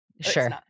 Sure